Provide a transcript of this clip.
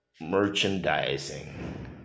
merchandising